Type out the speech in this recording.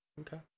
Okay